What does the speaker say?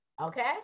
okay